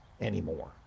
anymore